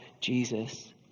Jesus